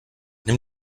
nimm